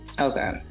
Okay